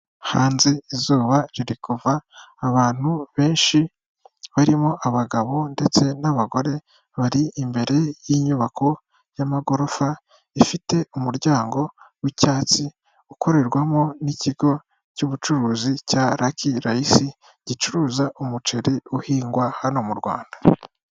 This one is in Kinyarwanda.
Hanze izuba ririkuva, abantu benshi barimo abagabo ndetse n'abagore, bari imbere y'inyubako y'amagorofa, ifite umuryango w'icyatsi, ukorerwamo n'ikigo cy'ubucuruzi cya Lucky rice, gicuruza umuceri uhingwa hano mu Rwanda.